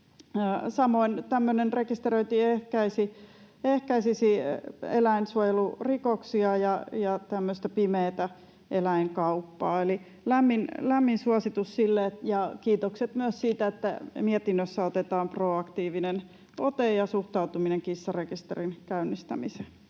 tämmöinen rekisteröinti ehkäisisi eläinsuojelurikoksia ja tämmöistä pimeätä eläinkauppaa. Eli lämmin suositus sille ja kiitokset myös siitä, että mietinnössä otetaan proaktiivinen ote ja suhtautuminen kissarekisterin käynnistämiseen.